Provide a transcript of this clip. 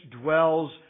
dwells